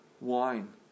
wine